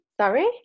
Sorry